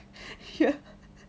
hear